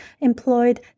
employed